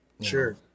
Sure